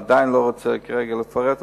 עדיין לא רוצה כרגע לפרט אותן.